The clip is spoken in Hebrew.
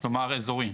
כלומר, אזורי.